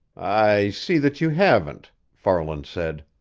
i see that you haven't, farland said.